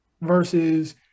versus